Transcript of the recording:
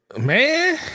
man